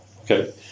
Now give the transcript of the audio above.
Okay